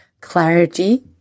clarity